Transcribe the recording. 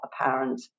apparent